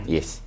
Yes